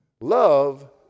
love